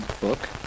book